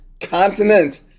continent